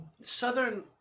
southern